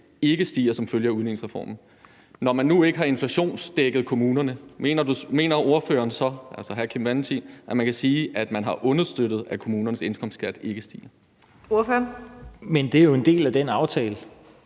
ikke stiger som følge af udligningsreformen. Når man nu ikke har inflationsdækket kommunerne, mener ordføreren, altså hr. Kim Valentin, så, at man kan sige, at man har understøttet, at kommunernes indkomstskat ikke stiger? Kl. 16:38 Den fg. formand